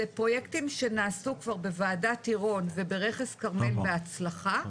אלה פרוייקטים שנעשו כבר בוועדת עירון וברכס כרמל בהצלחה,